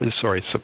sorry